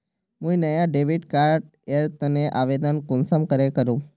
मुई नया debit card एर तने आवेदन कुंसम करे करूम?